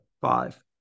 five